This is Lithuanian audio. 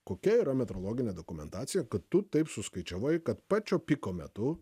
kokia yra metrologinė dokumentacija kad tu taip suskaičiavai kad pačio piko metu